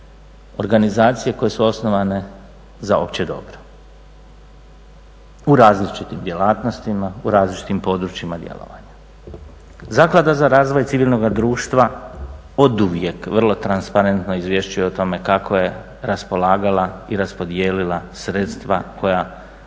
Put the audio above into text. organizacije koje su osnovane za opće dobro. U različitim djelatnostima, u različitim područjima djelovanja. Zaklada za razvoj civilnoga društva oduvijek vrlo transparentno izvješćuje o tome kako je raspolagala i raspodijelila sredstva koja